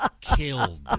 killed